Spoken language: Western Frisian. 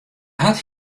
hat